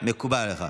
מקובל עליך.